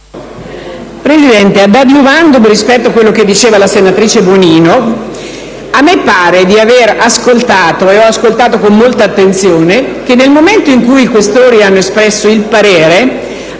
Presidente, *ad adiuvandum* rispetto a quello che diceva la senatrice Bonino, a me pare di avere ascoltato (e ho ascoltato con molta attenzione) che nel momento in cui i senatori Questori hanno espresso il parere,